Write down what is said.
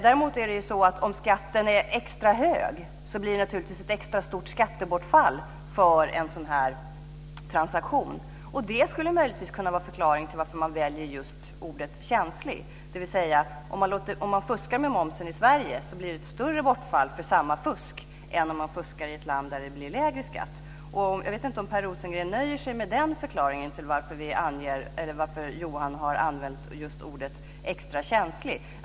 Däremot är det så att om skatten är extra hög så blir det naturligtvis ett extra stort skattebortfall för en sådan transaktion. Och det skulle möjligtvis kunna vara en förklaring till att man väljer just ordet känslig, dvs. att om man fuskar med momsen i Sverige så blir det ett större bortfall än om man fuskar på samma sätt i ett land där det blir lägre skatt. Jag vet inte om Per Rosengren nöjer sig med den förklaringen till att Johan Pehrson har använt just ordet extra känslig.